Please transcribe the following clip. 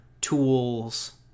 tools